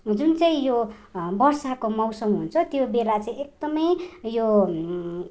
जुन चाहिँ यो वर्षाको मौसम हुन्छ त्यो बेला चाहिँ एकदमै यो